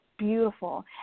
beautiful